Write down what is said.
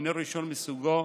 הינו ראשון מסוגו,